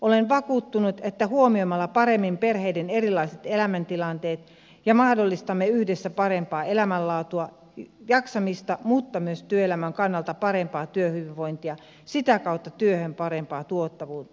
olen vakuuttunut että huomioimalla paremmin perheiden erilaiset elämäntilanteet mahdollistamme yhdessä parempaa elämänlaatua ja jaksamista mutta myös työelämän kannalta parempaa työhyvinvointia ja sitä kautta työhön parempaa tuottavuutta